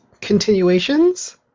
continuations